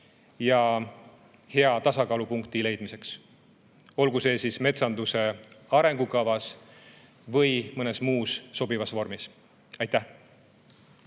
ja hea tasakaalupunkti leidmiseks, olgu see [esitatud] siis metsanduse arengukavas või mõnes muus sobivas vormis. Aitäh!